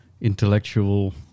intellectual